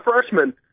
freshman